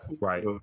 Right